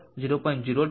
004 0